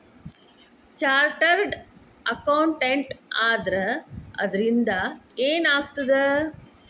Chartered accountant ಆದ್ರ ಅದರಿಂದಾ ಏನ್ ಆಗ್ತದ?